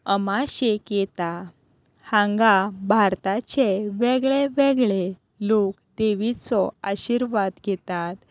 अमाशे येता हांगा भारताचे वेगळे वेगळे लोक देवीचो आशिर्वाद घेतात